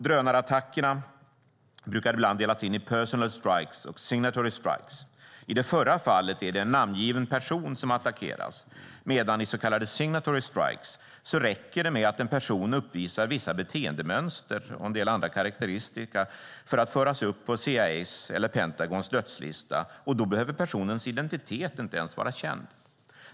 Drönarattackerna brukar ibland delas in i personal strikes och signatory strikes. I det förra fallet är det en namngiven person som attackeras medan det i så kallade signatory strikes räcker med att en person uppvisar vissa beteendemönster och en del andra karakteristika för att föras upp på CIA:s eller Pentagons dödslista. Då behöver personens identitet inte ens vara känd.